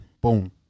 Boom